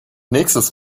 nächstes